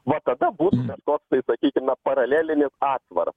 va tada bus bent koks tai sakykime paralelinis atsvaras